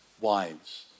wives